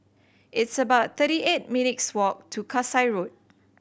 it's about thirty eight minutes' walk to Kasai Road